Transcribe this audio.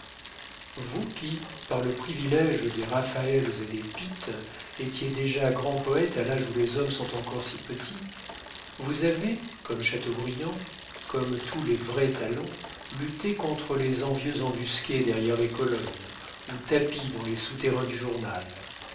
vous qui par le privilége des raphaël et des pitt étiez déjà grand poète à l'âge où les hommes sont encore si petits vous avez comme chateaubriand comme tous les vrais talents lutté contre les envieux embusqués derrière les colonnes ou tapis dans les souterrains du journal